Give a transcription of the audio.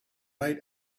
night